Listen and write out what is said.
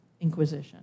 Inquisition